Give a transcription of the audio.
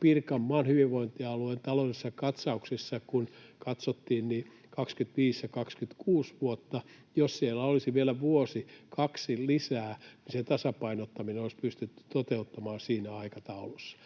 Pirkanmaan hyvinvointialueen taloudellisessa katsauksessa kun katsottiin vuosia 25 ja 26, niin jos siellä olisi vielä vuosi kaksi lisää, se tasapainottaminen olisi pystytty toteuttamaan siinä aikataulussa.